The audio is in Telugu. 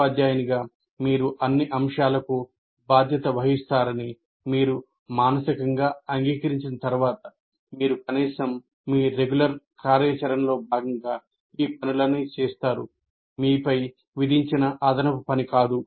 ఉపాధ్యాయునిగా మీరు అన్ని అంశాలకు బాధ్యత వహిస్తారని మీరు మానసికంగా అంగీకరించిన తర్వాత మీరు కనీసం మీ రెగ్యులర్ కార్యాచరణలో భాగంగా ఈ పనులన్నీ చేస్తారు మీపై విధించిన అదనపు పని కాదు